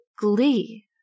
glee